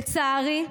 לצערי,